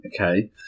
Okay